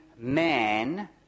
man